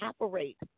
operate